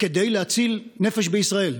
כדי להציל נפש בישראל.